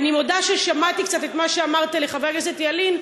אני מודה ששמעתי קצת את מה שאמרת לחבר הכנסת ילין,